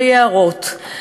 ביערות,